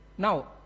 Now